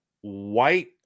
white